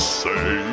say